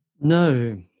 No